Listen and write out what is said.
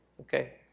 Okay